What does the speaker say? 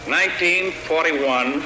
1941